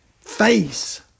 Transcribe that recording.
face